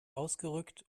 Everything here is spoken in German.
ausgerückt